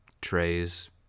trays